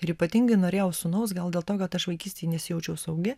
ir ypatingai norėjau sūnaus gal dėl to kad aš vaikystėj nesijaučiau saugi